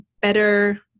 better